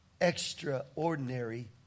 extraordinary